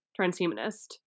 transhumanist